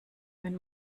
wenn